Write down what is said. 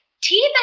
Teeth